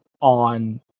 on